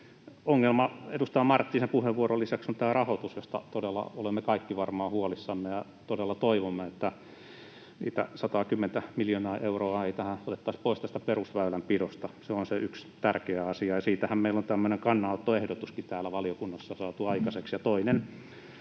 Ongelma edustaja Marttisen kertoman lisäksi on tämä rahoitus, josta todella olemme kaikki varmaan huolissamme, ja todella toivomme, että niitä 110:tä miljoonaa euroa ei otettaisi pois perusväylänpidosta. Se on se yksi tärkeä asia, ja siitähän meillä on tämmöinen kannanottoehdotuskin valiokunnassa saatu aikaiseksi.